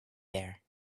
there